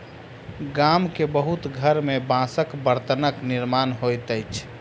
गाम के बहुत घर में बांसक बर्तनक निर्माण होइत अछि